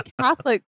Catholic